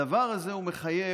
הדבר הזה מחייב